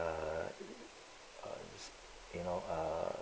err you know err